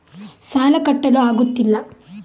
ಸಾಲ ಕಟ್ಟಲು ಆಗುತ್ತಿಲ್ಲ